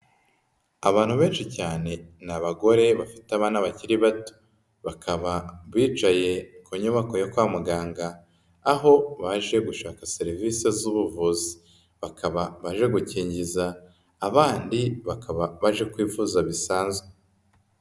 Abantu benshi cyane, ni abagore bafite abana bakiri bato. Bakaba bicaye ku nyubako yo kwa muganga, aho baje gushaka serivisi z'ubuvuzi. Bakaba baje gukingiza, abandi bakaba baje kwivuza bisanzwe.